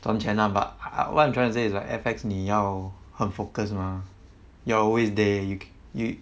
赚钱啦 but I what I'm trying to say is like F_X 你要很 focus mah you're always there you ca~ yo~